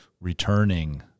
returning